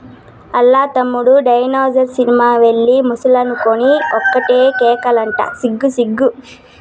ఆల్ల తమ్ముడు dinosaur cinema కెళ్ళి ముసలనుకొని ఒకటే కేకలంట సిగ్గు సిగ్గు